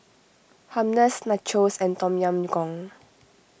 Humnus Nachos and Tom Yam Goong